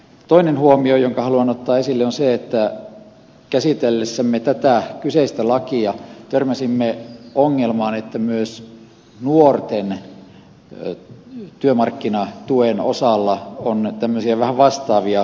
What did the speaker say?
toinen huomio jonka haluan ottaa esille on se että käsitellessämme tätä kyseistä lakia törmäsimme ongelmaan että myös nuorten työmarkkinatuen kohdalla on tämmöisiä vähän vastaavia takaisinperintäkysymyksiä